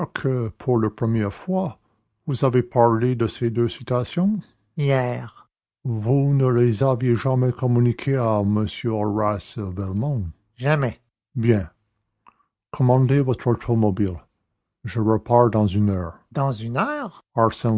pour la première fois vous avez parlé de ces deux citations hier vous ne les aviez jamais communiquées à m horace velmont jamais bien commandez votre automobile je repars dans une heure dans une heure